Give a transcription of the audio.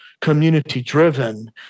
community-driven